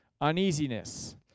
uneasiness